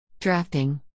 Drafting